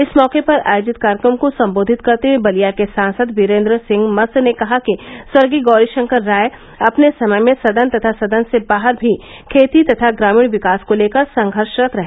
इस मौके पर आयोजित कार्यक्रम को सम्बोधित करते हुए बलिया के सांसद वीरेन्द्र सिंह मस्त ने कहा कि स्वर्गीय गौरी षंकर राय अपने समय में सदन तथा सदन से बाहर भी खेती तथा ग्रामीण विकास को लेकर संघर्शरत रहे